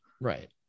Right